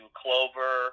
clover